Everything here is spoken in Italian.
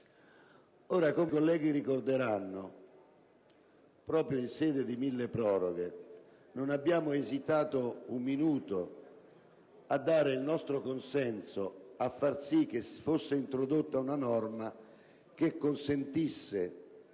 Come i colleghi ricorderanno, proprio in sede di milleproroghe non abbiamo esitato un minuto a dare il nostro consenso a far sì che fosse introdotta una norma che consentisse